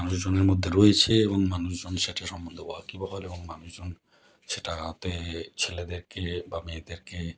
মানুষজনের মধ্যে রয়েছে এবং মানুষজন সেটা সম্বন্ধে ওয়াকিবহাল এবং মানুষজন সেটাতে ছেলেদেরকে বা মেয়েদেরকে